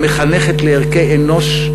המחנכת לערכי אנוש,